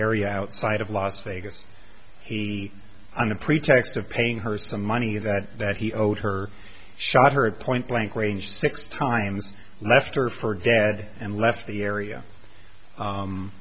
area outside of las vegas he on a pretext of paying her some money that he owed her shot her point blank range six times left her for dead and left the area